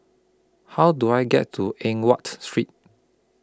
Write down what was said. How Do I get to Eng Watt Street